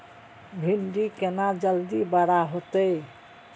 भिंडी केना जल्दी बड़ा होते?